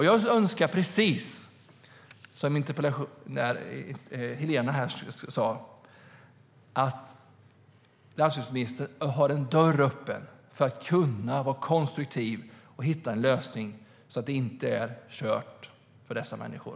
Jag önskar, precis som interpellanten Helena sa, att landsbygdsministern håller en dörr öppen för att vara konstruktiv och hitta en lösning så att det inte är kört för dessa människor.